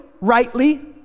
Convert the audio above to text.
rightly